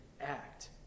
act